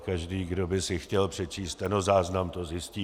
A každý, kdo by si chtěl přečíst stenozáznam, to zjistí.